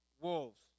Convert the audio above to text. wolves